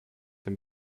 den